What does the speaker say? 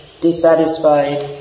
dissatisfied